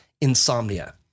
insomnia